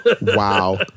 Wow